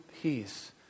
peace